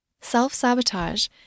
Self-sabotage